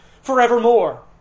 Forevermore